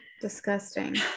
Disgusting